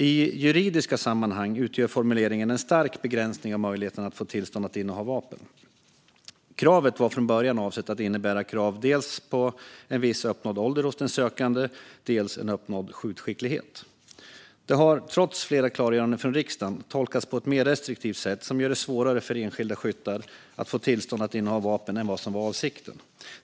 I juridiska sammanhang utgör formuleringen en stark begränsning av möjligheterna att få tillstånd att inneha vapen. Kravet var från början avsett att innebära krav på dels en viss uppnådd ålder hos den sökande, dels en uppnådd skjutskicklighet. Detta har, trots flera klargöranden från riksdagen, tolkats på ett mer restriktivt sätt som gör det svårare för enskilda skyttar att få tillstånd att inneha vapen än vad som var avsikten.